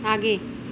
आगे